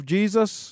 Jesus